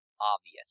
obvious